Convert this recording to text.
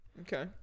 okay